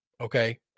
okay